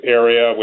area